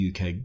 UK